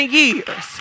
years